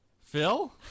Phil